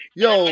yo